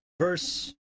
Verse